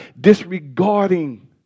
disregarding